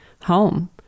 home